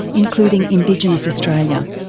including indigenous australia.